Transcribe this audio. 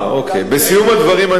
בסיום הדברים אני רוצה להדגיש,